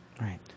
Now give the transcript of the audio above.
Right